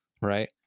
right